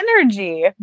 energy